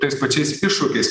tais pačiais iššūkiais